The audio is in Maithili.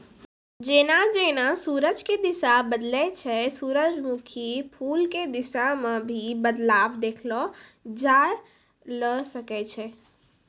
जेना जेना सूरज के दिशा बदलै छै सूरजमुखी फूल के दिशा मॅ भी बदलाव देखलो जाय ल सकै छै